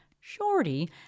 shorty